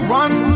one